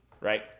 right